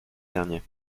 dernier